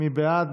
מי בעד?